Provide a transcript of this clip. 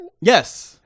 Yes